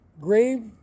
grave